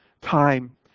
time